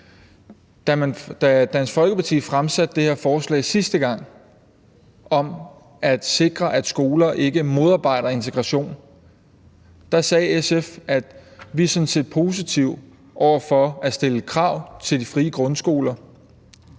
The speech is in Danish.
Da Dansk Folkeparti sidste gang fremsatte det her forslag om at sikre, at skoler ikke modarbejder integration, sagde SF, at vi sådan set var positive over for at stille krav til de frie grundskoler